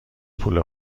پول